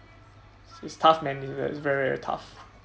it's tough man it's very very very tough